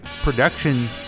production